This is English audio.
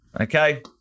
okay